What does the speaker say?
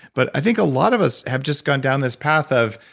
but i think a lot of us have just gotten down this path of,